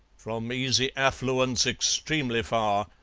from easy affluence extremely far,